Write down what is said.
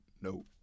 no